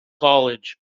college